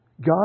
God